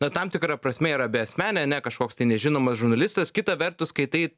na tam tikra prasme yra beasmenė ar ne kažkoks nežinomas žurnalistas kita vertus kai tai